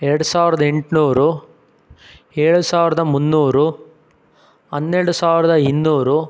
ಎರಡು ಸಾವಿರದ ಎಂಟುನೂರು ಏಳು ಸಾವಿರದ ಮುನ್ನೂರು ಹನ್ನೆರಡು ಸಾವಿರದ ಇನ್ನೂರು